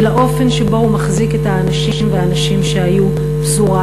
ולאופן שבו הוא מחזיק את האנשים והנשים שהיו פזורה,